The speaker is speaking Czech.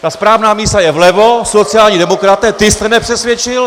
Ta správná mísa je vlevo, sociální demokraté, ty jste nepřesvědčil.